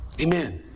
Amen